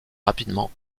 rapidement